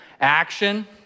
action